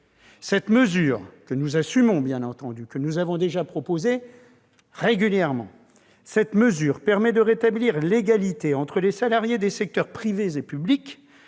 Cette mesure, que nous assumons et avons déjà proposée régulièrement, permettra de rétablir l'égalité entre les salariés des secteurs privé et public,